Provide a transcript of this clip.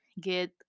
get